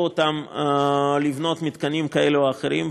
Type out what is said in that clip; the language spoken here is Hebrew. אותם לבנות מתקנים כאלה או אחרים,